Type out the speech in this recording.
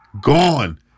gone